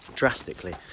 Drastically